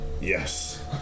yes